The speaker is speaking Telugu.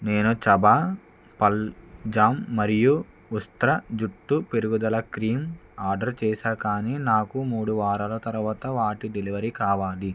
నేను చబా పళ్ళ జామ్ మరియు ఉస్ట్రా జుట్టు పెరుగుదల క్రీం ఆర్డర్ చేసాను కానీ నాకు మూడు వారాల తరువాత వాటి డెలివరీ కావాలి